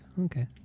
Okay